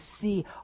see